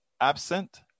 absent